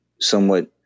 somewhat